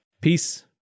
Peace